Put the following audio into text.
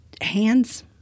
Hands